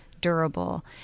durable